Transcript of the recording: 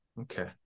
Okay